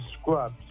scrubs